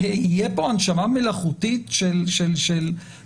שתהיה פה הנשמה מלאכותית של נורמה